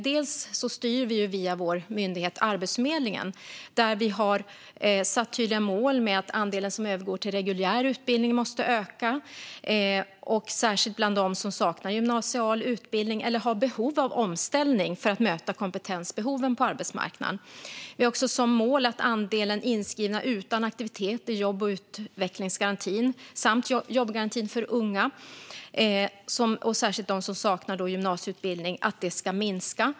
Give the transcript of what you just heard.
Vi styr via vår myndighet Arbetsförmedlingen, där vi har satt tydliga mål om att andelen som övergår till reguljär utbildning måste öka särskilt bland dem som saknar gymnasial utbildning eller har behov av omställning för att möta kompetensbehoven på arbetsmarknaden. Vi har också som mål att andelen inskrivna utan aktivitet i jobb och utvecklingsgarantin samt jobbgarantin för unga, och särskilt de som saknar gymnasieutbildning, ska minska.